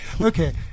Okay